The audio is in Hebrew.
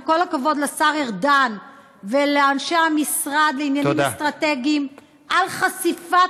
וכל הכבוד לשר ארדן ולאנשי המשרד לענייניים אסטרטגיים על חשיפת